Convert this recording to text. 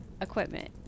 equipment